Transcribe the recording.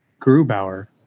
Grubauer